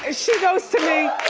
ah she goes to me,